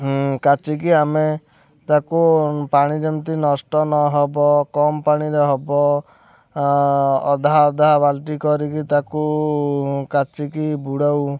କାଚିକି ଆମେ ତାକୁ ପାଣି ଯେମିତି ନଷ୍ଟ ନ ହେବ କମ୍ ପାଣିରେ ହେବ ଅଧା ଅଧା ବାଲ୍ଟି କରିକି ତାକୁ କାଚିକି ବୁଡ଼ଉ